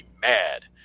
mad